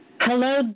Hello